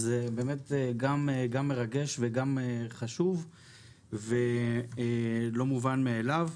זה באמת מרגש, חשוב ולא מובן מאליו.